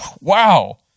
Wow